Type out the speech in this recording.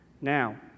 Now